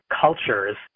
cultures